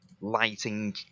lighting